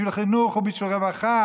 בשביל חינוך או בשביל רווחה,